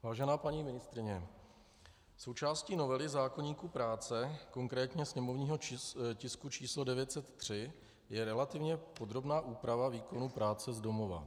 Vážená paní ministryně, součástí novely zákoníku práce, konkrétně sněmovního tisku č. 903, je relativně podrobná úprava výkonu práce z domova.